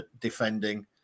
defending